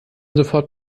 sofort